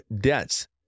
debts